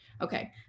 Okay